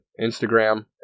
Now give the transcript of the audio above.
Instagram